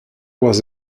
was